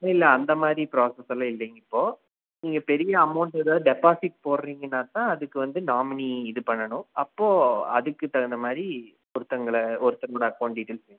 இல்லை அந்த மாதிரி ப்ராசஸ்லாம் இல்லைங்க இப்போது நீங்கள் பெரிய அமவுண்ட்டு ஏதாவது டெப்பாசிட் போடுறீங்கன்னா தான் அதுக்கு வந்து நாமினி இது பண்ணணும் அப்போது அதுக்கு தகுந்த மாதிரி ஒருத்தங்கள ஒருத்தங்களோட அக்கௌண்ட் டீட்டெயில்ஸ்